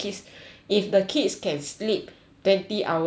if the kids can sleep twenty hours a day